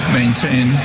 maintain